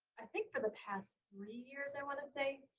i think for the past three years i want to say.